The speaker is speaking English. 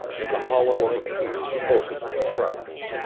in the hollow of a pier both of them crouched,